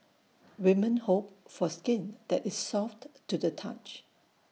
women hope for skin that is soft to the touch